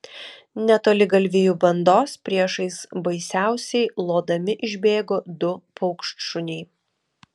netoli galvijų bandos priešais baisiausiai lodami išbėgo du paukštšuniai